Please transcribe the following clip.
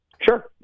Sure